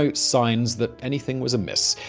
no sign that anything was amiss.